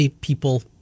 people